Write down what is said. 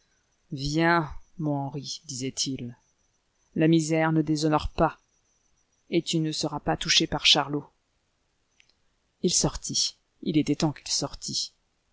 viens mon henri disait-il la misère ne déshonore pas et tu ne seras pas touché par charlot il sortit il était temps qu'il sortît